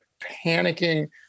panicking